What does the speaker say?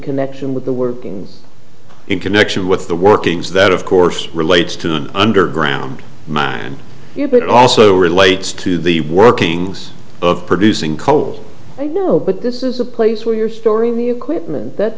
connection with the workings in connection with the workings that of course relates to an underground mine yet it also relates to the workings of producing codes i know but this is a place where your story of the equipment that